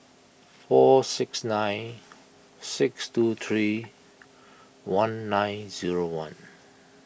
four six nine six two three one nine zero one